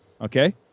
Okay